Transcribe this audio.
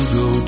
go